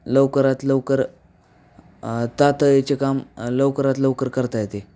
लवकरात लवकर तातडीची कामं लवकरात लवकर करता येते